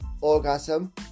orgasm